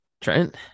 Trent